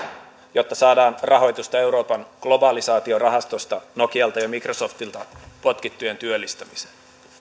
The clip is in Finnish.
jotta saadaan rahoitusta euroopan globalisaatiorahastosta nokialta ja microsoftilta potkittujen työllistämiseen